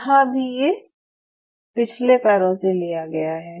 यहाँ भी ये पिछले पैरों से लिया गया है